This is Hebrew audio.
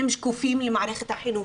הם שקופים למערכת החינוך.